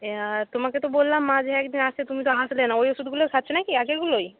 হ্যাঁ আর তোমাকে তো বললাম মাঝে এক দিন আসতে তুমি তো আসলে না ওই ওষুধগুলো খাচ্ছো নাকি আগেরগুলোই